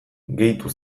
gehitu